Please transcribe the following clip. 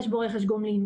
יש בו רכש גומלין.